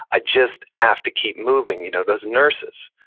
i just have to keep moving, you know those nurses.